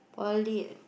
poly